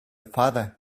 father